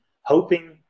hoping